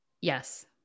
yes